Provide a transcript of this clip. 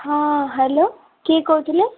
ହଁ ହ୍ୟାଲୋ କିଏ କହୁଥିଲେ